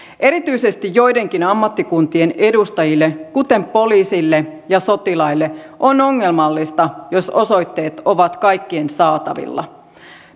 erityisesti joidenkin ammattikuntien edustajille kuten poliiseille ja sotilaille on ongelmallista jos osoitteet ovat kaikkien saatavilla